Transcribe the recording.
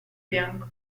bianco